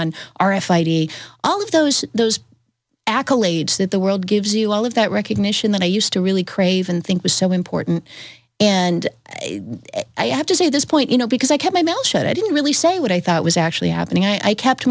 on our f i d all of those those accolades that the world gives you all of that recognition that i used to really crave and think was so important and i have to say this point you know because i kept my mouth shut i didn't really say what i thought was actually happening i kept